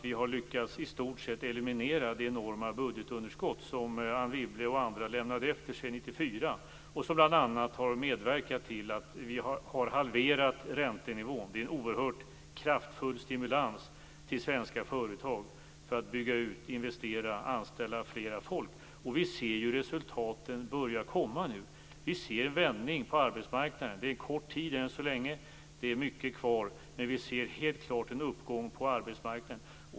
Vi har i stort sett lyckats eliminera det enorma budgetunderskott Anne Wibble och andra lämnade efter sig 1994. Det har bl.a. medverkat till att vi har halverat räntenivån. Det är en oerhört kraftfull stimulans till svenska företag för att bygga ut, investera och anställa fler människor. Vi ser att resultaten nu börjar att komma. Vi ser en vändning på arbetsmarknaden. Det har än så länge varit en kort tid, och det är mycket kvar. Men vi ser helt klart en uppgång på arbetsmarknaden.